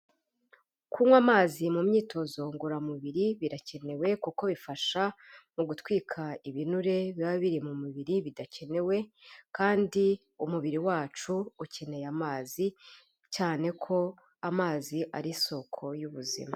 Kunywa amazi mu myitozo ngororamubiri birakenewe, kuko bifasha mu gutwika ibinure biba biri mu mubiri bidakenewe, kandi umubiri wacu ukeneye amazi, cyane ko amazi ari isoko y'ubuzima.